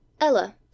Ella